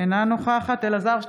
אינה נוכחת אלעזר שטרן,